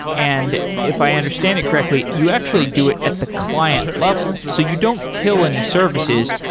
and if i understand it correctly, you actually do it at the client level. so you don't kill any services,